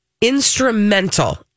instrumental